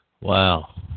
wow